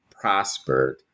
prospered